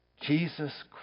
Jesus